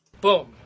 Boom